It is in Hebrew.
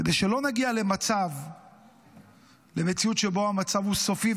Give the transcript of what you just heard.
כדי שלא נגיע למציאות שבה המצב הוא סופי,